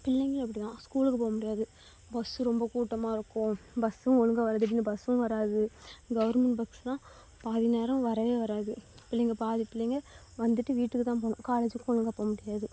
பிள்ளைங்கள் அப்படி தான் ஸ்கூலுக்கு போகமுடியாது பஸ்ஸு ரொம்ப கூட்டமாக இருக்கும் பஸ்ஸும் ஒழுங்கா வராது திடீர்ன்னு பஸ்ஸும் வராது கவர்மெண்ட் பஸ்ஸு தான் பாதி நேரம் வரவே வராது பிள்ளைங்கள் பாதி பிள்ளைங்கள் வந்துவிட்டு வீட்டுக்கு தான் போகணும் காலேஜுக்கு ஒழுங்கா போகமுடியாது